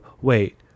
wait